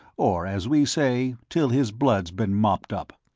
or, as we say, till his blood's been mopped up.